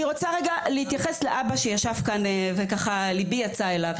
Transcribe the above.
אני רוצה רגע להתייחס לאבא שישב כאן וככה ליבי יצא אליו.